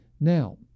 Now